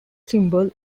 symbol